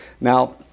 Now